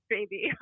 Baby